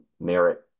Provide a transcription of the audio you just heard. merit